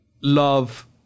love